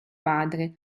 padre